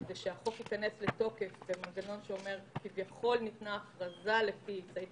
זה שהחוק ייכנס לתוקף במנגנון שאומר שכביכול ניתנה הכרזה לפי סעיף